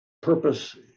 purpose